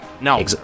No